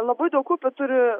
labai daug upių turi